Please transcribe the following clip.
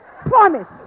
Promise